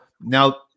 now